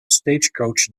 stagecoach